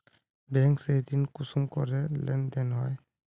Bank से ऋण कुंसम करे लेन देन होए?